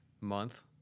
month